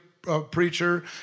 preacher